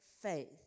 faith